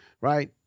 right